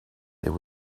there